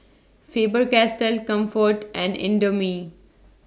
Faber Castell Comfort and Indomie